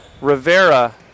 Rivera